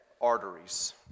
arteries